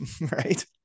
right